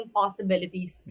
possibilities